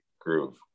groove